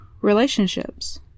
relationships